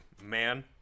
man